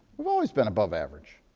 weive always been above average.